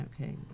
Okay